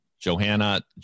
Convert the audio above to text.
Johanna